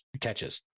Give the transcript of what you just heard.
catches